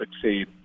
succeed